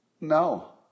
No